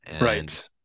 right